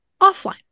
offline